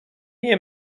nie